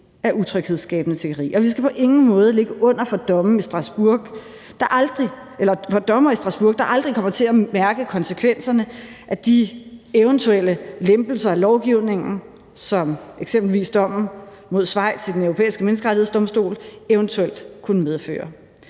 af utryghedsskabende tiggeri, og vi skal på ingen måde ligge under for dommere i Strasbourg, der aldrig kommer til at mærke konsekvenserne af de eventuelle lempelser af lovgivningen, som eksempelvis dommen mod Schweiz ved Den Europæiske Menneskerettighedsdomstol eventuelt kunne medføre.